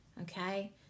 okay